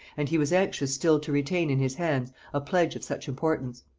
and he was anxious still to retain in his hands a pledge of such importance.